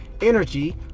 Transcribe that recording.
energy